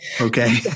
Okay